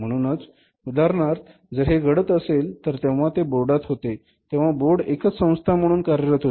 म्हणूनच उदाहरणार्थ जर हे घडत असेल तर जेव्हा ते बोर्डात होते तेव्हा बोर्ड एकच संस्था म्हणून कार्यरत असे